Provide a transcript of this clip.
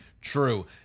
true